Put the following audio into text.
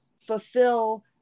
fulfill